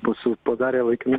mūsų padarė laikinus